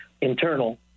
internal